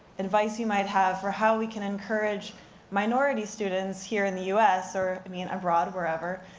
advice you might have for how we can encourage minority students here in the u s, or, i mean, abroad, wherever,